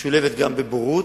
משולבת גם בבורות,